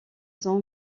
sont